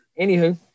Anywho